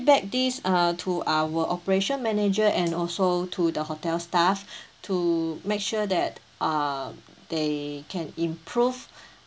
~back this uh to our operation manager and also to the hotel staff to make sure that err they can improve